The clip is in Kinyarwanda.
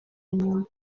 nyuma